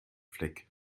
fleck